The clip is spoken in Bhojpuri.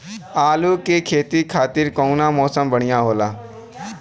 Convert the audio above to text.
आलू के खेती खातिर कउन मौसम बढ़ियां होला?